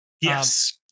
Yes